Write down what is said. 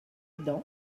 dedans